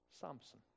Samson